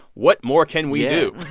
what more can we do?